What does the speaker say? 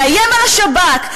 לאיים על השב"כ,